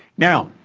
now,